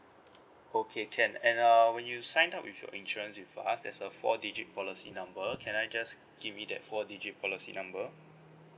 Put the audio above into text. okay can and uh when you sign up with your insurance with us there's a four digit policy number can I just give me that four digit policy number